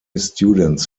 students